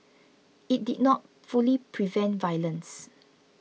it did not fully prevent violence